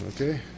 Okay